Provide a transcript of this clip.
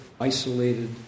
isolated